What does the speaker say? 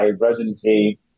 residency